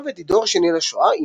יוכבד היא דור שני לשואה,